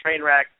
Trainwreck